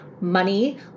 money